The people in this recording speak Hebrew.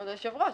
כבוד היושב-ראש.